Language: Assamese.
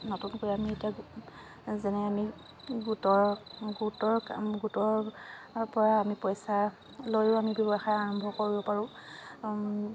নতুনকৈ আমি এতিয়া যেনে আমি গোটৰ গোটৰ কাম গোটৰ পৰা আমি পইচা লৈও আমি ব্যৱসায় আৰম্ভ কৰিব পাৰোঁ